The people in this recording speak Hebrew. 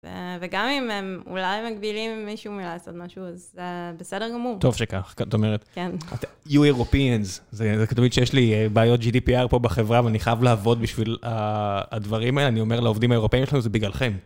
וגם אם הם אולי מגבילים מישהו מלעשות משהו, אז בסדר גמור. טוב שכך, זאת אומרת. כן. You Europeans, זה כתובית שיש לי בעיות GDPR פה בחברה, ואני חייב לעבוד בשביל הדברים האלה, אני אומר לעובדים האירופאים שלנו, זה בגללכם.